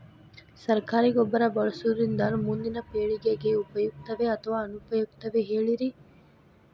ಸರಕಾರಿ ಗೊಬ್ಬರ ಬಳಸುವುದರಿಂದ ಮುಂದಿನ ಪೇಳಿಗೆಗೆ ಉಪಯುಕ್ತವೇ ಅಥವಾ ಅನುಪಯುಕ್ತವೇ ಹೇಳಿರಿ